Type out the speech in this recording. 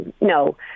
no